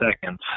seconds